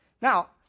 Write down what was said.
Now